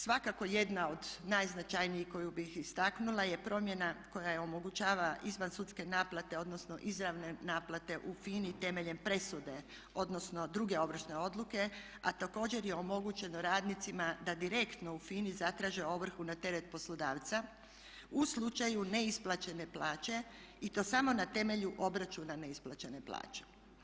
Svakako jedna od najznačajnijih koju bih istaknula je promjena koja omogućava izvansudske naplate odnosno izravne naplate u FINA-i temeljem presude odnosno druge ovršne odluke a također je omogućeno radnicima da direktno u FINA-i zatraže ovrhu na teret poslodavca u slučaju neisplaćene plaće i to samo na temelju obračuna neisplaćene plaće.